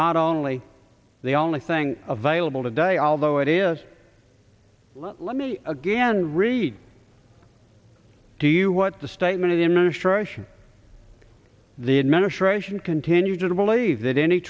not only the only thing available today although it is let me again read to you what the statement of the sure i should the administration continue to believe that any